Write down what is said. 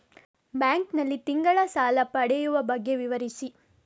Bank ನಲ್ಲಿ ತಿಂಗಳ ಸಾಲ ಪಡೆಯುವ ಬಗ್ಗೆ ವಿವರಿಸಿ?